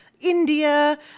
India